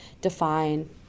define